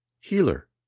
healer